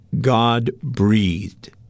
God-breathed